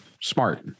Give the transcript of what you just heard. smart